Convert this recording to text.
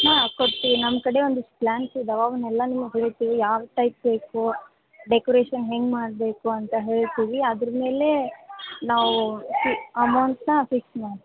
ಹಾಂ ಕೊಡ್ತೀವಿ ನಮ್ಮ ಕಡೆ ಒಂದಿಷ್ಟು ಪ್ಲಾನ್ಸ್ ಇದಾವೆ ಅವುನ್ನೆಲ್ಲ ನಿಮುಗೆ ಹೇಳ್ತಿವಿ ಯಾವ ಟೈಪ್ ಬೇಕು ಡೆಕೋರೇಷನ್ ಹೆಂಗೆ ಮಾಡಬೇಕು ಅಂತ ಹೇಳ್ತಿವಿ ಅದರ ಮೇಲೆ ನಾವು ಫಿ ಅಮೌಂಟನ್ನ ಫಿಕ್ಸ್ ಮಾಡ್ತೀವಿ